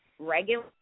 regular